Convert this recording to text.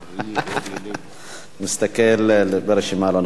מסתכל ברשימה הלא-נכונה.